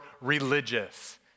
religious